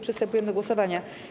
Przystępujemy do głosowania.